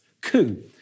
coup